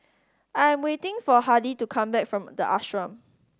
I am waiting for Hardy to come back from The Ashram